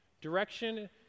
Direction